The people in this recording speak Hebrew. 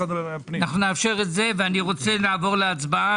הבקשה התקציבית נועדה להעביר